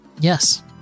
Yes